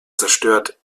zerstört